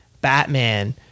Batman